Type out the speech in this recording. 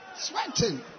Sweating